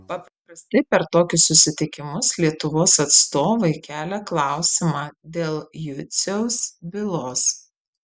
paprastai per tokius susitikimus lietuvos atstovai kelia klausimą dėl juciaus bylos